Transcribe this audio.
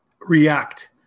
react